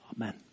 Amen